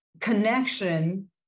connection